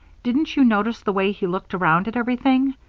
didn't you notice the way he looked around at everything?